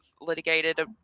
litigated